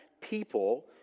people